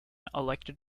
elected